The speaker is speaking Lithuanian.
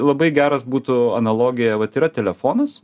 labai geras būtų analogija vat yra telefonas